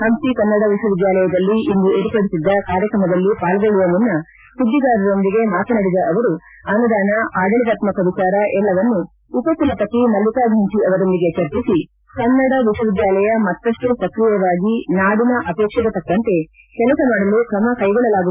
ಪಂಪಿ ಕನ್ನಡ ವಿಶ್ವವಿದ್ಯಾಲಯದಲ್ಲಿ ಇಂದು ವಿರ್ಪಡಿಸಿದ್ದ ಕಾರ್ಯಕ್ರಮದಲ್ಲಿ ಪಾಲ್ಗೊಳ್ಳುವ ಮುನ್ನ ಸುದ್ದಿಗಾರರೊಂದಿಗೆ ಮಾತನಾಡಿದ ಅವರು ಅನುದಾನ ಆಡಳಿತಾತ್ಮಕ ವಿಚಾರ ಎಲ್ಲವನ್ನೂ ಉಪಕುಲಪತಿ ಮಲ್ಲಿಕಾ ಫಂಟಿ ಅವರೊಂದಿಗೆ ಚರ್ಜಿಸಿ ಕನ್ನಡ ವಿಶ್ವವಿದ್ಯಾಲಯ ಮತ್ತಮ್ಟ ಸಕ್ರಿಯವಾಗಿ ನಾಡಿನ ಅಪೇಕ್ಷೆಗೆ ತಕ್ಕಂತೆ ಕೆಲಸ ಮಾಡಲು ಕ್ರಮಕೈಗೊಳ್ಳಲಾಗುವುದು ಎಂದರು